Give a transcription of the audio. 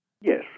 Yes